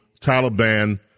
Taliban